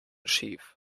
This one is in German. schief